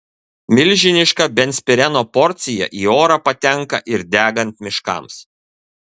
milžiniška benzpireno porcija į orą patenka ir degant miškams